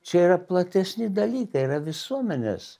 čia yra platesni dalykai yra visuomenės